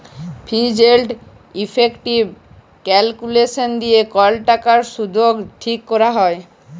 ফিজ এলড ইফেকটিভ ক্যালকুলেসলস দিয়ে কল টাকার শুধট ঠিক ক্যরা হ্যয়